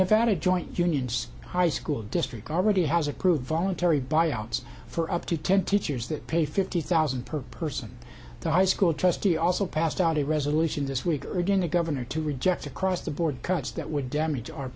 nevada joint unions high school district already has approved voluntary buyouts for up to ten teachers that pay fifty thousand per person the high school trustee also passed out a resolution this week or going to governor to reject across the board cuts that would damage our